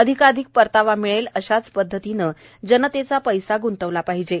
अधिकाधिक परतावा मिळेल अशाच पद्धतीनं जनतेचा पैसा ग्ंतवला पाहिजे